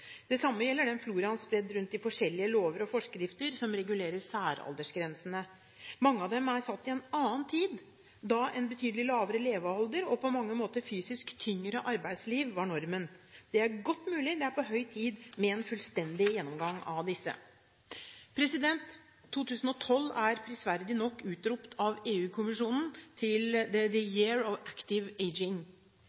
Det samme gjelder den floraen, spredt rundt i forskjellige lover og forskrifter, som regulerer særaldersgrensene. Mange av dem er satt i en annen tid, da en betydelig lavere levealder og på mange måter fysisk tyngre arbeidsliv var normen. Det er godt mulig det er på høy tid med en fullstendig gjennomgang av disse. 2012 er prisverdig nok utropt av EU-kommisjonen til